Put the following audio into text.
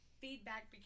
feedback